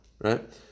Right